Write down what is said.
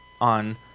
on